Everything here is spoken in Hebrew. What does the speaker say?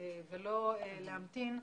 ולא להמתין.